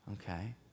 okay